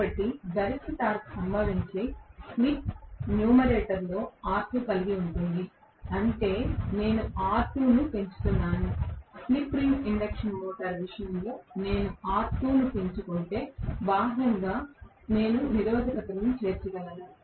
కానీ గరిష్ట టార్క్ సంభవించే స్లిప్ న్యూమరేటర్లో R2 కలిగి ఉంటుంది అంటే నేను R2 ను పెంచుతున్నాను స్లిప్ రింగ్ ఇండక్షన్ మోటారు విషయంలో నేను R2 ను పెంచుకుంటే నేను బాహ్యంగా నిరోధకతలను చేర్చగలను